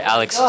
Alex